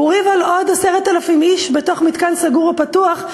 הוא ריב על עוד 10,000 איש בתוך מתקן סגור או פתוח,